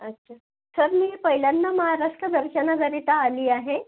अच्छा सर मी पहिल्यांदा महाराष्ट्र दर्शनाकरिता आली आहे